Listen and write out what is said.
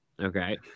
Okay